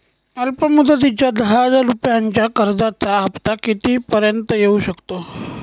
अल्प मुदतीच्या दहा हजार रुपयांच्या कर्जाचा हफ्ता किती पर्यंत येवू शकतो?